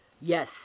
Yes